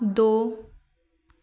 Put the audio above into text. ਦੋ